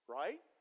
right